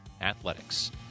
Athletics